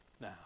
now